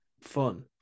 fun